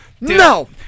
no